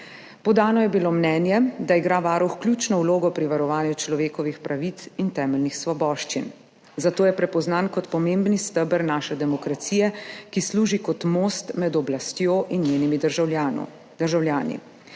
Podano je bilo mnenje, da igra Varuh ključno vlogo pri varovanju človekovih pravic in temeljnih svoboščin, zato je prepoznan kot pomemben steber naše demokracije, ki služi kot most med oblastjo in njenimi državljani.